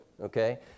okay